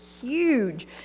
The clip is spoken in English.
huge